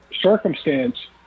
circumstance